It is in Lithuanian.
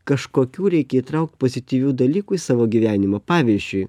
kažkokių reikia įtraukt pozityvių dalykų į savo gyvenimą pavyzdžiui